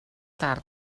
tard